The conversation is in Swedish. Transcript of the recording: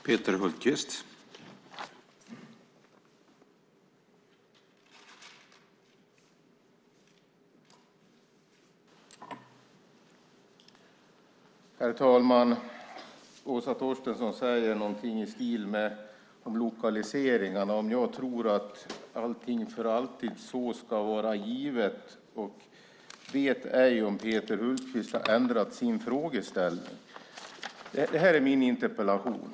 Herr talman! Åsa Torstensson säger någonting i stil med att hon undrar om jag angående lokaliseringarna tror att allting är givet för alltid och om jag har ändrat min frågeställning. Det här är min interpellation.